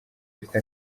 bifite